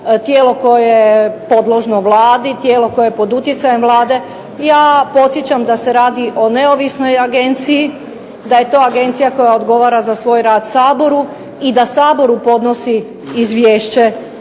tijelo koje je podložno Vladi, tijelo koje je pod utjecajem Vlade. Ja podsjećam da se radi o neovisnoj agenciji, da je to agencija koja odgovara za svoj rad Saboru i da Saboru podnosi izvješće